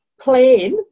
plan